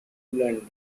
london